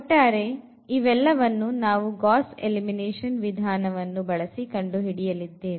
ಒಟ್ಟಾರೆ ಇವೆಲ್ಲವನ್ನು ನಾವು ಗಾಸ್ ಎಲಿಮಿನೇಷನ್ ವಿಧಾನ ವನ್ನು ಬಳಸಿ ಕಂಡುಹಿಡಿಯಲಿದ್ದೇವೆ